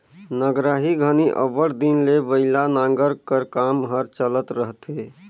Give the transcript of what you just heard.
नगराही घनी अब्बड़ दिन ले बइला नांगर कर काम हर चलत रहथे